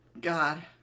God